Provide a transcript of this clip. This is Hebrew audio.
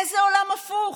איזה עולם הפוך.